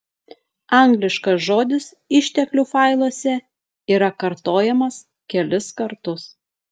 angliškas žodis išteklių failuose yra kartojamas kelis kartus